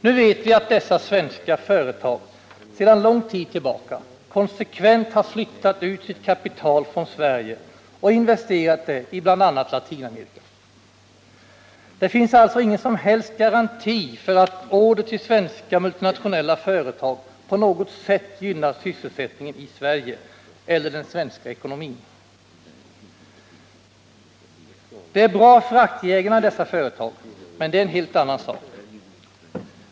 Nu vet vi att dessa svenska företag sedan lång tid tillbaka konsekvent har flyttat ut sitt kapital från Sverige och investerat det i bl.a. Latinamerika. Det finns alltså ingen som helst garanti för att order till svenska multinationella företag på något sätt gynnar sysselsättningen i Sverige eller den svenska ekonomin. Det är bra för aktieägarna i dessa företag — men det är en helt annan sak.